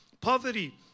poverty